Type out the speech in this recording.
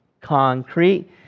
concrete